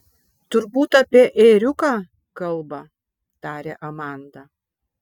turbūt apie ėriuką kalba tarė amanda